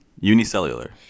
Unicellular